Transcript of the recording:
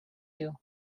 you